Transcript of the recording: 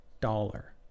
dollar